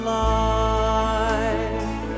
life